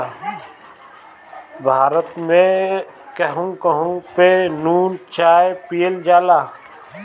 भारत में केहू केहू पे नून चाय पियल जाला